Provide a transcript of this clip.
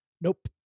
Nope